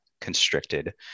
constricted